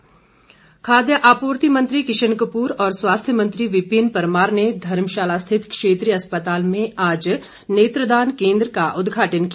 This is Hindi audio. नेत्रदान केन्द्र खाद्य आपूर्ति मंत्री किशन कपूर और स्वास्थ्य मंत्री विपिन परमार ने धर्मशाला स्थित क्षेत्रीय अस्पताल में आज नेत्रदान केन्द्र का उद्घाटन किया